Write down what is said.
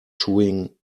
chewing